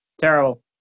Terrible